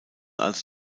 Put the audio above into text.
also